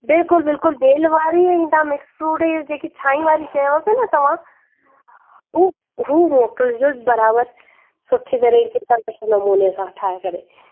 बिल्कुलु बिल्कुलु बेल वारी ऐं तव्हां मिक्स फ्रूट जो जेकी छाई वारी चयो न तव्हां उ हू मोकिलिजो बराबरु सुठी तरीक़े सां सुठे नमूने सां ठाहे करे